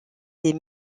des